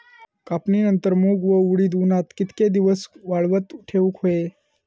कापणीनंतर मूग व उडीद उन्हात कितके दिवस वाळवत ठेवूक व्हये?